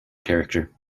character